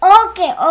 okay